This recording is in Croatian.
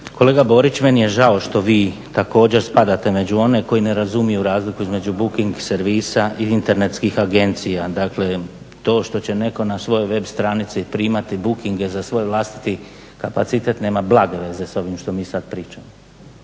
Kolega Borić, meni je žao što vi također spadate u one koji ne razumiju razliku između booking servisa i internetskih agencija. Dakle, to što će netko na svojoj web stranici primati booking za svoj vlastiti kapacitet nema blage veze sa ovim što mi sada pričamo.